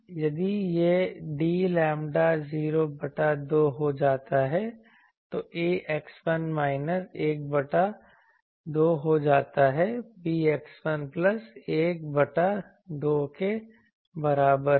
यदि यह d lambda 0 बटा 2 हो जाता है तो 'a' x1 माइनस एक बटा 2 हो जाता है b x1 प्लस 1 बटा 2 के बराबर है